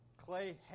clay